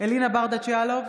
אלינה ברדץ' יאלוב,